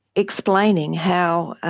explaining how